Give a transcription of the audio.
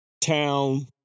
town